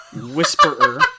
whisperer